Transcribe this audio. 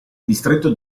distretto